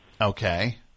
Okay